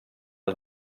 els